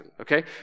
Okay